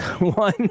one